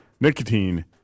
Nicotine